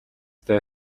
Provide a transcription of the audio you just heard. дээ